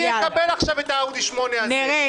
מי יקבל עכשיו את האאודי 8 הזה?